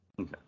okay